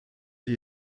die